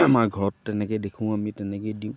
আমাৰ ঘৰত তেনেকৈ দেখোঁ আমি তেনেকৈয়ে দিওঁ